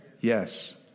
Yes